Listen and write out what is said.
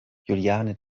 juliane